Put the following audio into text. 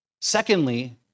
Secondly